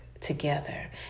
together